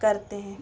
करते हैं